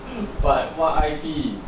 what what I_T